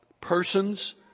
persons